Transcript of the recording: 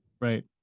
Right